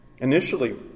Initially